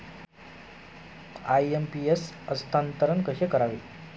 IMPS हस्तांतरण कसे करावे?